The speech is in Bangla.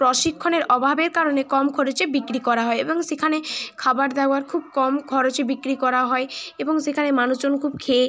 প্রশিক্ষণের অভাবের কারণে কম খরচে বিক্রি করা হয় এবং সেখানে খাবার দাবার খুব কম খরচে বিক্রি করা হয় এবং সেখানে মানুষজন খুব খেয়ে